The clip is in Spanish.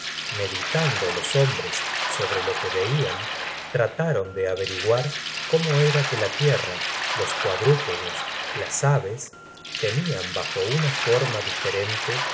meditando los hombres sobre lo que veian trataron de averiguar cómo era que la tierra los cuadrúpedos las aves tenian bajo una forma diferente